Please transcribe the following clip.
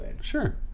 Sure